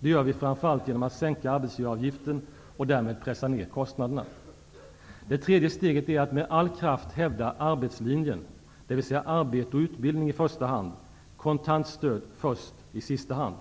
Det gör vi framför allt genom att sänka arbetsgivaravgiften och därmed pressa ned kostnaderna. -- Det tredje steget är att med all kraft hävda arbetslinjen, dvs. arbete och utbildning i första hand, kontant stöd först i sista hand.